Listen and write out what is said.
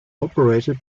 operated